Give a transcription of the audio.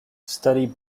study